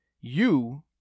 You